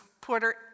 Porter